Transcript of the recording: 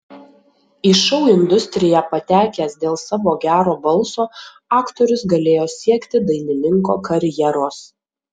į šou industriją patekęs dėl savo gero balso aktorius galėjo siekti dainininko karjeros